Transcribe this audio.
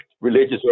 religious